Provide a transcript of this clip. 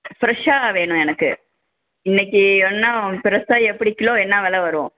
ஃப்ரெஷ்ஷாக வேணும் எனக்கு இன்னைக்கு இன்னும் ஃப்ரெஷ்ஷாக எப்படி கிலோ என்ன வில வரும்